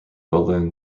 bolin